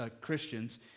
Christians